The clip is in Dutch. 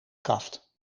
kaft